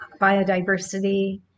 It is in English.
biodiversity